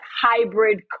hybrid